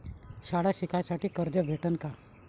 शाळा शिकासाठी कर्ज भेटन का?